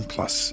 Plus